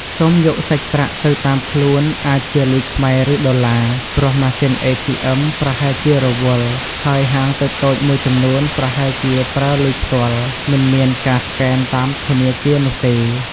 សូមយកសាច់ប្រាក់ទៅតាមខ្លួនអាចជាលុយខ្មែរ ឬ ដុល្លារ ព្រោះ ម៉ាស៊ីន ATM ប្រហែលជារវល់ ហើយហាងតូចៗមួយចំនួនប្រហែលជាប្រើលុយផ្ទាល់ មិនមានការស្កេនតាមធនាគារនោះទេ។